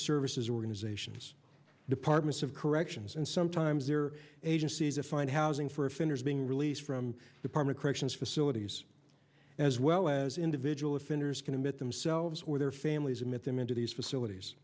services organizations departments of corrections and sometimes there are agencies to find housing for offenders being released from the parma corrections facilities as well as individual offenders commit themselves or their families and with them into these facilities